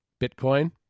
Bitcoin